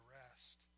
rest